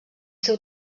seu